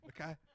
Okay